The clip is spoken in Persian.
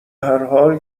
هرحال